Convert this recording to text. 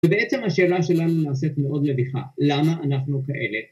ובעצם השאלה שלנו נעשית מאוד מביכה, למה אנחנו כאלה?